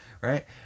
right